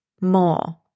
more